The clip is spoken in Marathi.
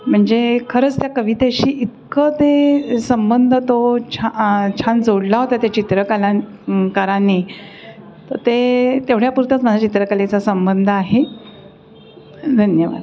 म्हणजे खरंच त्या कवितेशी इतकं ते संबंध तो छा छान जोडला होता त्या चित्रकलाकारांनी तर ते तेवढ्यापुरतच माझ्या चित्रकलेचा संबंध आहे धन्यवाद